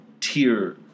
tier